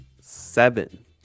Seven